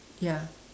ya